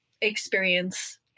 experience